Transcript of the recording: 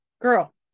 girl